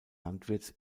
landwirts